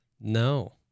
No